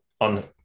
on